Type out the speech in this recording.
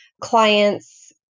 clients